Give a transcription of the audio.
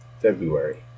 February